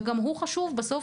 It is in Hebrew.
וגם הוא חשוב בסוף,